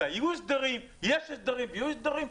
שיש הסדרים ויהיו הסדרים.